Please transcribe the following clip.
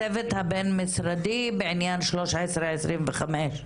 הצוות הבין-משרדי בעניין 1325,